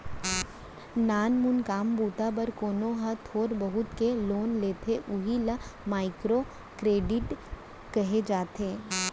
नानमून काम बूता बर कोनो ह थोर बहुत के लोन लेथे उही ल माइक्रो करेडिट कहे जाथे